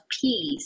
peace